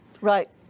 Right